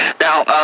now